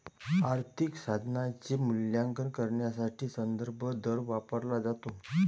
आर्थिक साधनाचे मूल्यांकन करण्यासाठी संदर्भ दर वापरला जातो